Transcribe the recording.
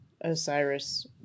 Osiris